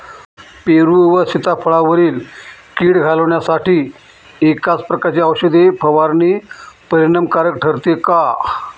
पेरू व सीताफळावरील कीड घालवण्यासाठी एकाच प्रकारची औषध फवारणी परिणामकारक ठरते का?